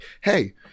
hey